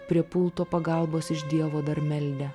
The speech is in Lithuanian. prie pulto pagalbos iš dievo dar meldė